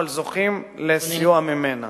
אבל זוכים לסיוע ממנה.